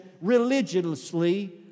religiously